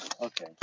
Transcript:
Okay